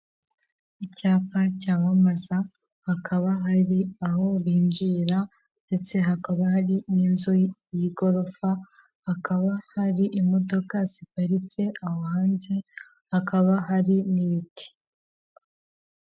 Icyapa cyamamaza hakaba hari aho binjirira ndetse hakaba hari n'inzu y'igorofa, hakaba hari imodoka ziparitse aho hanze, hakaba hari n'ibiti.